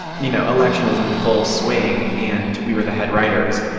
you know, election was in full swing and we were the head writers,